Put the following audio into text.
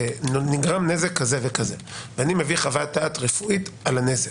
ונגרם נזק, ואני מביא חוות דעת רפואית על הנזק.